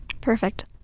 Perfect